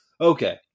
Okay